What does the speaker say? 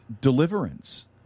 deliverance